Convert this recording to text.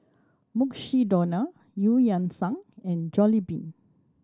Mukshidonna Eu Yan Sang and Jollibean